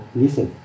listen